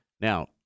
Now